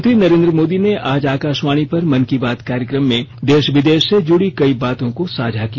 प्रधानमंत्री नरेन्द्र मोदी ने आज आकाशवाणी पर मन की बात कार्यक्रम में झारखंड सहित देश विदेश से जुड़ी कई बातों को साझा किया